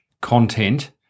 content